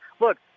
Look